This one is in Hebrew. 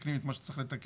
מתקנים את מה שצריך לתקן.